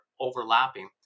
overlapping